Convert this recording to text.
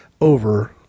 over